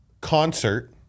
concert